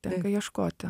tenka ieškoti